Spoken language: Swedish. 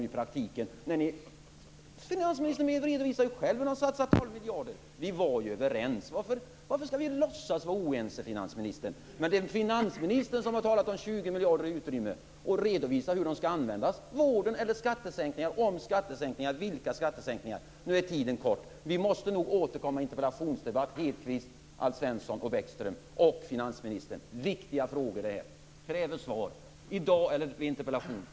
I praktiken har ni dock själva gått ned till Vi var ju överens. Varför skall vi låtsas vara oense, finansministern? Det är finansministern som talat om ett utrymme på 20 miljarder. Redovisa hur de skall användas: Till vården eller till skattesänkningar? Och om de skall användas till skattesänkningar - vilka? Nu är tiden knapp, och vi måste nog återkomma i en interpellationsdebatt, Hedquist, Alf Svensson, Bäckström och finansministern. Det här är viktiga frågor som kräver svar, i dag eller i samband med en interpellation.